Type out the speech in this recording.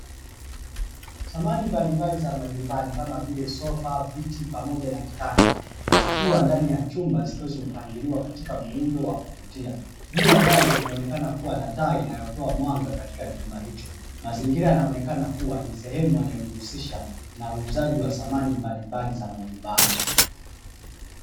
Samani mbalimbali za majumbani kama vile; sofa, viti pamoja na kitanda zikiwa ndani ya chumba zikiwa zimepangiliwa katika muundo wa kuvutia. Juu ya dari kunaonekana kuwa na taa inayotoa mwanga katika chumba hicho. Mazingira yanaonekana kuwa ni sehemu inayojihusisha na uuzaji wa samani mbalimbali za majumbani.